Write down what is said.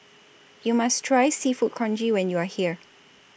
YOU must Try Seafood Congee when YOU Are here